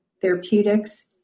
therapeutics